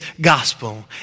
gospel